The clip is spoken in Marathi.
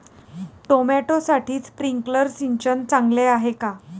टोमॅटोसाठी स्प्रिंकलर सिंचन चांगले आहे का?